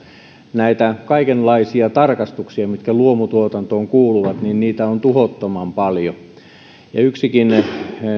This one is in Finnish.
näitä kaikenlaisia tarkastuksia mitkä luomutuotantoon kuuluvat on tuhottoman paljon yksikin